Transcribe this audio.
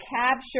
capture